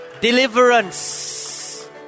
deliverance